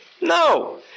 no